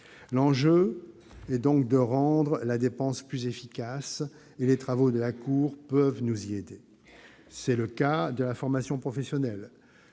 L'enjeu est de rendre la dépense plus efficace et les travaux de la Cour peuvent nous y aider. C'est le cas pour ce qui concerne la formation professionnelle,